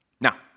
Now